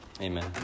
Amen